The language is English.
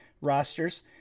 rosters